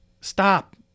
Stop